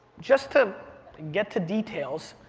just to get to details,